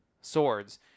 swords